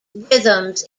rhythms